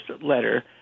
letter